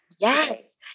Yes